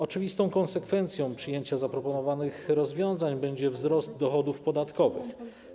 Oczywistą konsekwencją przyjęcia zaproponowanych rozwiązań będzie wzrost dochodów podatkowych.